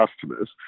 customers